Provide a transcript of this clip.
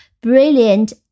brilliant